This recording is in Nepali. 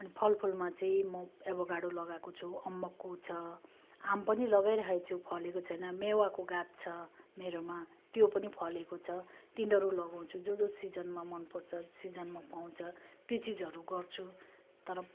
अनि फलफुलमा चाहिँ म एभगार्डो लगाएको छु अम्बकको छ आम पनि लगाइरहेको छु फलेको छैन मेवाको गाछ छ मेरोमा त्यो पनि फलेको छ तिनीहरू लगाउँछु जो जो सिजनमा मन पर्छ सिजनमा पाउँछ त्यो चिजहरू गर्छु तर